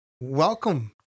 welcome